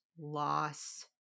loss